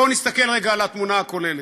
בואו נסתכל רגע על התמונה הכוללת: